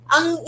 Ang